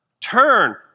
turn